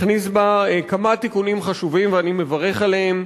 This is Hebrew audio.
הכניס בה כמה תיקונים חשובים, ואני מברך עליהם.